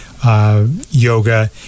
Yoga